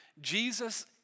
Jesus